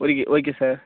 okay okay sir